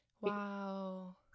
Wow